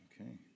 Okay